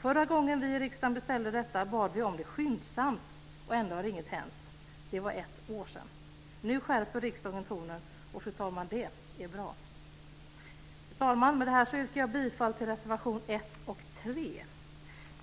Förra gången vi i riksdagen beställde detta bad vi om det skyndsamt, och ändå har inget hänt. Det var ett år sedan. Nu skärper riksdagen tonen, och det är bra. Fru talman! Med detta yrkar jag bifall till reservation 1 och 3.